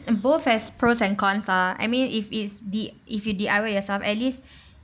both has pros and cons ah I mean if it's D~ if you D_I_Y yourself at least